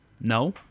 no